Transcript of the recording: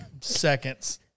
Seconds